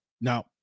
now